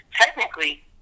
technically